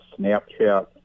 Snapchat